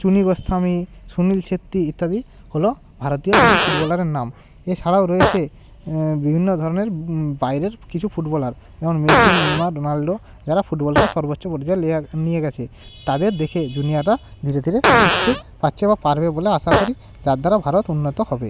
চুনী গোস্বামী সুনীল ছেত্রী ইত্যাদি হলো ভারতীয় কিছু ফুটবলারের নাম এছাড়াও রয়েছে বিভিন্ন ধরনের বাইরের কিছু ফুটবলার যেমন মেসি নেইমার রোনাল্ডো এরা ফুটবলকে সর্বোচ্চ পর্যায়ে লিয়ে নিয়ে গেছে তাদের দেখেই জুনিয়াররা ধীরে ধীরে শিখতে পারছে বা পারবে বলে আশা করি যার দ্বারা ভারত উন্নত হবে